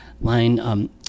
line